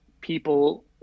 people